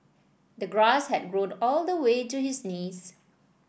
the grass had grown all the way to his knees